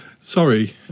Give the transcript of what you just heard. sorry